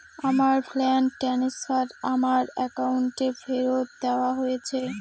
আমার fund transfer আমার অ্যাকাউন্টে ফেরত দেওয়া হয়েছে